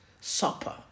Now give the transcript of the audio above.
supper